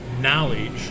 knowledge